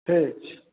ठीक छै